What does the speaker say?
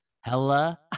hella